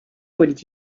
und